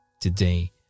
Today